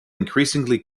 increasingly